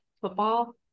football